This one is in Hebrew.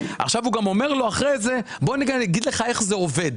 אחרי זה הוא אומר לו בוא אני אגיד לך איך זה עובד